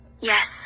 Yes